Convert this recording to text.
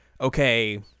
okay